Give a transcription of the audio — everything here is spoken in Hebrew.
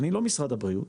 אני לא משרד הבריאות